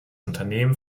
unternehmen